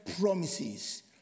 promises